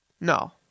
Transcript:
No